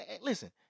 listen